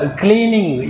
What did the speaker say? cleaning